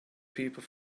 people